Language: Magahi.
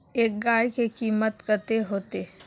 एक गाय के कीमत कते होते?